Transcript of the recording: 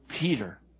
Peter